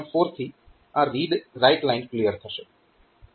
4 થી આ read write line clear થશે